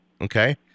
Okay